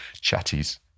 Chatties